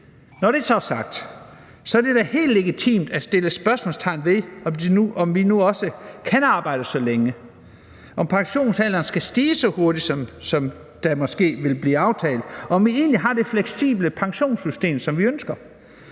Når det så er sagt, er det da helt legitimt at sætte spørgsmålstegn ved, om vi nu også kan arbejde så længe, om pensionsalderen skal stige så hurtigt, som det måske vil blive aftalt, og om vi egentlig har det fleksible pensionssystem, som vi ønsker.